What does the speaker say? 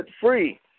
free